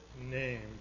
name